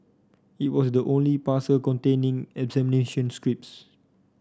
it was the only parcel containing examination scripts